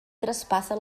traspassa